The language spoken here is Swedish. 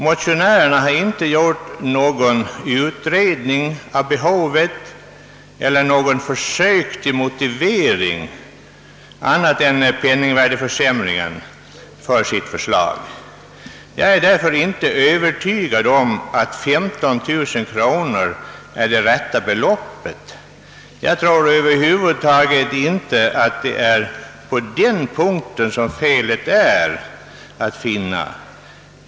Motionärerna har inte gjort någon utredning av behovet eller något försök till motive: ring för sitt förslag annat än att de åberopat penningsvärdeförsämringen. Jag är därför inte övertygad om att 15 000 kronor är det rätta beloppet. Jag tror över huvud taget inte att det är på den punkten som felet är att finna.